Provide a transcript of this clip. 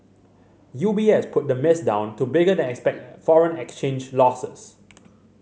U B S put the miss down to bigger than expected foreign exchange losses